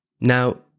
Now